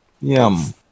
Yum